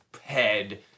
head